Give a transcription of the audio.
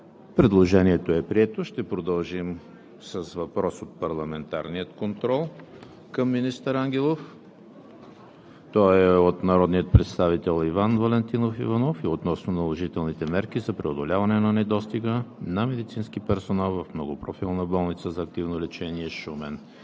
Предложението е прието. Ще продължим с въпрос от парламентарния контрол към министър Ангелов. Той е от народния представител Иван Валентинов Иванов относно наложителните мерки за преодоляване недостига на медицински персонал в Многопрофилна болница за активно лечение – Шумен.